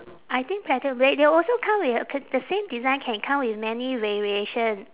I think platinum they they also come with a c~ the same design can come with many variation